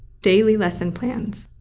daily lesson plans,